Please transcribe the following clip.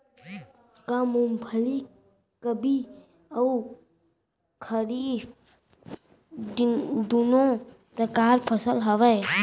का मूंगफली रबि अऊ खरीफ दूनो परकार फसल आवय?